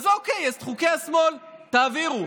אז אוקיי, את חוקי השמאל תעבירו.